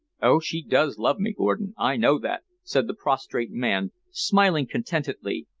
oh, she does love me, gordon, i know that, said the prostrate man, smiling contentedly,